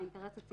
האינטרס הציבורי.